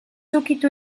ukitu